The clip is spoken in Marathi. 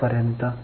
तोपर्यंत